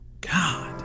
God